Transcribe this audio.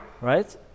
right